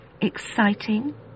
exciting